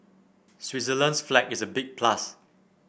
Switzerland's flag is a big plus